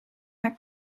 naar